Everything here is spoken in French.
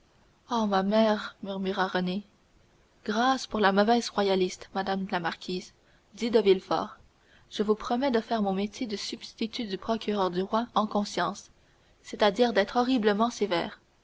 oh ma mère murmura renée grâce pour la mauvaise royaliste madame la marquise dit de villefort je vous promets de faire mon métier de substitut du procureur du roi en conscience c'est-à-dire d'être horriblement sévère